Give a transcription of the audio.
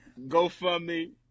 GoFundMe